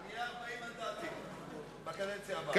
נהיה 40 מנדטים בקדנציה הבאה.